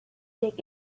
dig